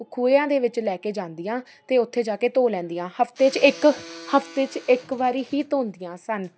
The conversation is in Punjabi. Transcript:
ਖੂਹਿਆ ਦੇ ਵਿੱਚ ਲੈ ਕੇ ਜਾਂਦੀਆਂ ਅਤੇ ਉੱਥੇ ਜਾ ਕੇ ਧੋ ਲੈਂਦੀਆਂ ਹਫਤੇ 'ਚ ਇੱਕ ਹਫਤੇ 'ਚ ਇੱਕ ਵਾਰੀ ਹੀ ਧੋਂਦੀਆਂ ਸਨ